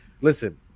Listen